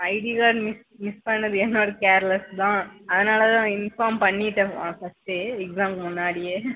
ID card miss miss பண்ணது என்னோட careless தான் அதனால் தான் இன்ஃபார்ம் பண்ணிவிட்டேன் ஃபர்ஸ்ட்டே எக்ஸாமுக்கு முன்னாடியே